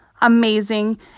amazing